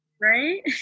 right